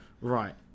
Right